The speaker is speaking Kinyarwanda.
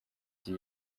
iki